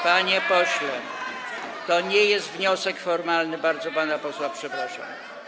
Panie pośle, to nie jest wniosek formalny, bardzo pana posła przepraszam.